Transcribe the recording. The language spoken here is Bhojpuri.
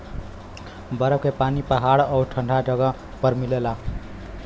बरफ के पानी पहाड़ आउर ठंडा जगह पर मिलला